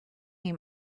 ihm